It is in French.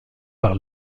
par